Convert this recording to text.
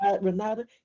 Renata